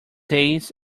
days